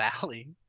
valley